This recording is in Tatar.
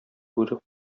бүре